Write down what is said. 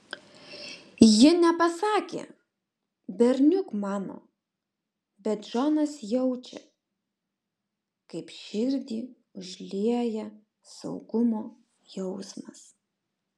ji nepasakė berniuk mano bet džonas jaučia kaip širdį užlieja saugumo jausmas